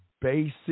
basic